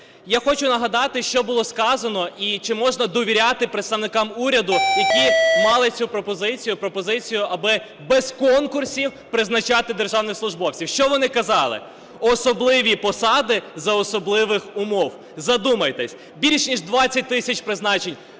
Я хочу нагадати, що було сказано і чи можна довіряти представникам уряду, які мали цю пропозицію, аби без конкурсів призначати державних службовців. Що вони казали? "Особливі посади за особливих умов". Задумайтесь: більш ніж 20 тисяч призначень